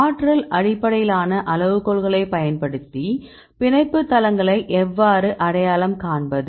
ஆற்றல் அடிப்படையிலான அளவுகோல்களைப் பயன்படுத்தி பிணைப்பு தளங்களை எவ்வாறு அடையாளம் காண்பது